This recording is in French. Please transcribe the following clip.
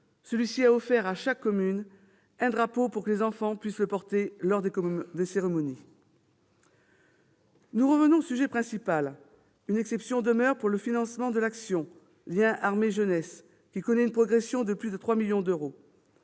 un drapeau à chaque commune pour que les enfants puissent le porter lors des cérémonies. Mais revenons au sujet principal ! Une exception demeure pour le financement de l'action Liens armée-jeunesse, qui connaît une progression de plus de 3 millions d'euros.